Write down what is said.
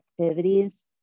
activities